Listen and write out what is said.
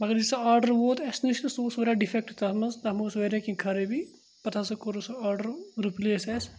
مگر ییٖژاہ آرڈَر ووت اَسہِ نِش نہٕ سُہ گوٚژھ واریاہ ڈِفیکٹ تَتھ منٛز تَتھ منٛز واریاہ کینٛہہ خرٲبی پَتہٕ ہَسا کوٚرُکھ سُہ آرڈَر رِپلیس اَسہِ